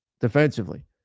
defensively